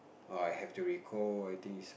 oh I have to recall I think it's